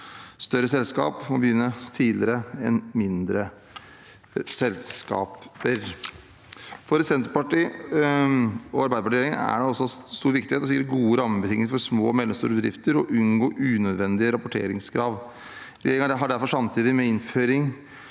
Større selskaper må begynne tidligere enn mindre selskaper. For Senterparti–Arbeiderparti-regjeringen er det også av stor viktighet å gi gode rammebetingelser for små og mellomstore bedrifter og unngå unødvendige rapporteringskrav. Regjeringen har derfor, samtidig med innføring